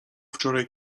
wczoraj